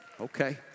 Okay